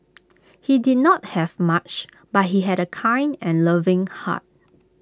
he did not have much but he had A kind and loving heart